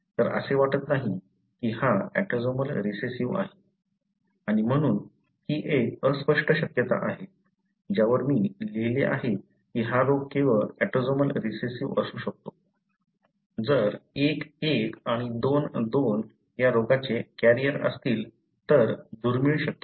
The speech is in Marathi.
तर असे वाटत नाही की हा एक ऑटोसोमल रिसेसिव्ह आहे आणि म्हणून ही एक अस्पष्ट शक्यता आहे ज्यावर मी लिहिले आहे की हा रोग केवळ ऑटोसोमल रिसेसिव्ह असू शकतो जर I 1 आणि II 2 या रोगाचे कॅरियर असतील तर दुर्मिळ शक्यता